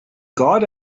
god